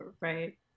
Right